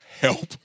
help